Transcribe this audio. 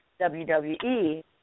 WWE